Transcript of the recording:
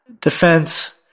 defense